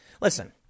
Listen